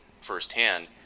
firsthand